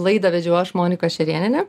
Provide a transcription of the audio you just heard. laidą vedžiau aš monika šerėnienė